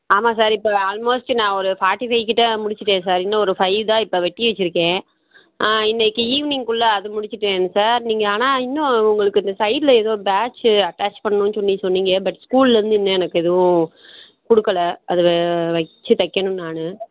ஆமாம் சார் இப்போ ஆல்மோஸ்ட்டு நான் ஒரு ஃபாட்டி ஃபைவ் கிட்டே முடிச்சுட்டேன் சார் இன்னும் ஒரு ஃபைவ் தான் இப்போ வெட்டி வெச்சுருக்கேன் இன்னைக்கு ஈவ்னிங்க்குள்ளே அது முடிச்சுட்டேன் சார் நீங்கள் ஆனால் இன்னும் உங்களுக்கு இந்த சைடில் ஏதோ பேட்ச்சு அட்டாச் பண்ணணும் சொன்னி சொன்னீங்க பட் ஸ்கூல்லேருந்து இன்னும் எனக்கு எதுவும் கொடுக்கல அது வெ வெச்சு தைக்கணும் நான்